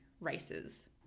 races